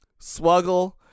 swuggle